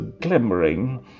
glimmering